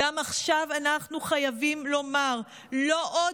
גם עכשיו אנחנו חייבים לומר: לא עוד,